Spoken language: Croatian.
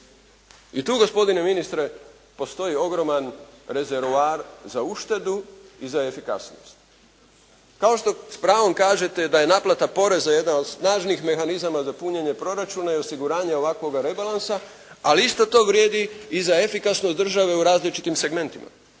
I tu gospodine ministre postoji ogroman rezervoar za uštedu i za efikasnost. Kao što s pravom kažete da je naplata poreza jedan od snažnih mehanizama za punjenje proračuna i osiguranje ovakvoga rebalansa, ali isto to vrijedi i za efikasnost države u različitim segmentima.